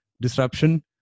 disruption